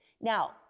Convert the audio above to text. Now